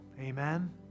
Amen